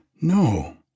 No